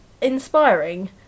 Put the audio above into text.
inspiring